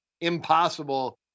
impossible